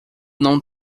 não